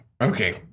Okay